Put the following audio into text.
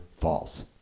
false